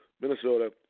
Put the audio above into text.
Minnesota